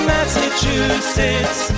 Massachusetts